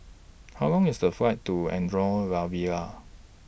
How Long IS The Flight to Andorra La Vella